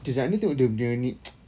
jap jap ni tengok dia punya ni